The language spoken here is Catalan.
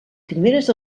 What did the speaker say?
primeres